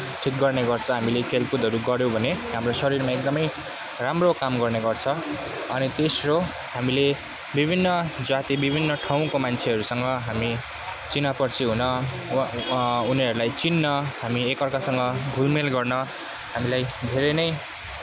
ठिक गर्ने गर्छ हामीले खेलकुदहरू गर्यौँ भने हाम्रो शरीरमा एकदमै राम्रो काम गर्ने गर्छ अनि तेस्रो हामीले विभिन्न जाति विभिन्न ठाउँको मान्छेहरूसँग हामी चिना परिचय हुन वा उनीहरूलाई चिन्न हामी एकाअर्कासँग घुलमिल गर्न हामीलाई धेरै नै